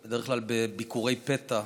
בדרך כלל בביקורי פתע,